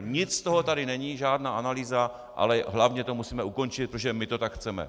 Nic z toho tady není, žádná analýza, ale hlavně to musíme ukončit, protože my to tak chceme!